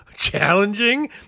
challenging